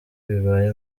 bibaye